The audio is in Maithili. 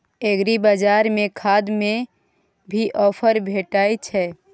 एग्रीबाजार में खाद में भी ऑफर भेटय छैय?